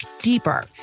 deeper